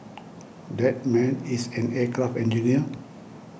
that man is an aircraft engineer